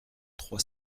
trois